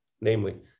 namely